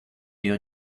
your